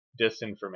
disinformation